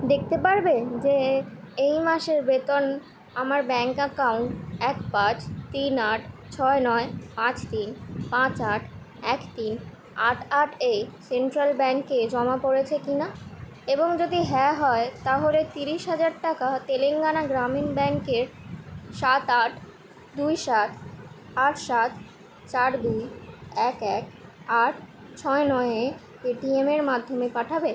দেখতে পারবে যে এই মাসের বেতন আমার ব্যাঙ্ক অ্যাকাউন্ট এক পাঁচ তিন আট ছয় নয় পাঁচ তিন পাঁচ আট এক তিন আট আট এ সেন্ট্রাল ব্যাঙ্কে জমা পড়েছে কি না এবং যদি হ্যাঁ হয় তাহলে ত্রিশ হাজার টাকা তেলেঙ্গানা গ্রামীণ ব্যাঙ্কের সাত আট দুই সাত আট সাত চার দুই এক এক আট ছয় নয়ে পেটিএমের মাধ্যমে পাঠাবে